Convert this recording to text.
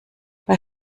bei